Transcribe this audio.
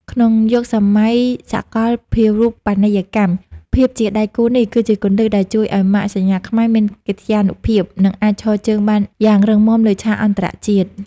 ក្នុងយុគសម័យសកលភាវូបនីយកម្ម ភាពជាដៃគូនេះគឺជាគន្លឹះដែលជួយឱ្យម៉ាកសញ្ញាខ្មែរមានកិត្យានុភាព និងអាចឈរជើងបានយ៉ាងរឹងមាំលើឆាកអន្តរជាតិ។